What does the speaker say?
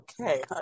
Okay